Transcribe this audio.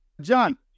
John